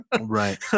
Right